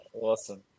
Awesome